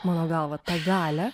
mano galva tą galią